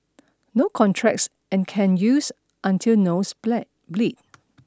no contracts and can use until nose bled bleed